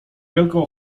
wielką